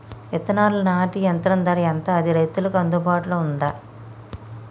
విత్తనాలు నాటే యంత్రం ధర ఎంత అది రైతులకు అందుబాటులో ఉందా?